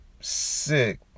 sick